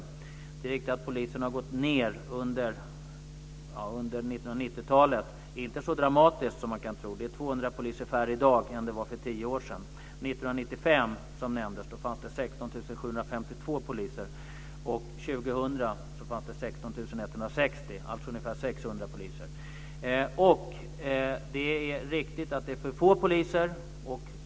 Det är riktigt att antalet poliser har gått ned under 90-talet, men inte så dramatiskt som man kan tro. Det är 200 poliser färre i dag än för tio år sedan. År 1995, som nämndes, fanns det 16 752 poliser. År 2000 fanns det 16 160. Det är alltså en nedgång på ungefär 600 poliser. Det är riktigt att det finns för få poliser.